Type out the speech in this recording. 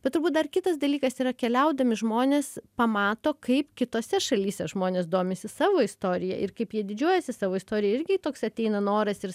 bet turbūt dar kitas dalykas yra keliaudami žmonės pamato kaip kitose šalyse žmonės domisi savo istorija ir kaip jie didžiuojasi savo istorija irgi toks ateina noras ir